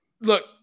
look